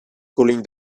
cooling